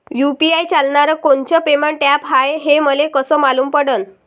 UPI चालणारं कोनचं payment app हाय, हे मले कस मालूम पडन?